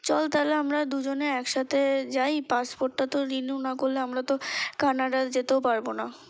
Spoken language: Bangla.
চল তালে আমরা দুজনে একসাথে যাই পাসপোর্টটা তো রিনিউ না করলে আমরা তো কানাডা যেতেও পারবো না